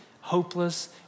hopeless